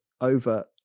over